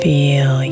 Feel